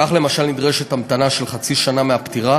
כך, למשל, נדרשת המתנה של חצי שנה מהפטירה